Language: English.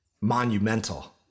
monumental